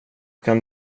kan